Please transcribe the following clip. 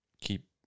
keep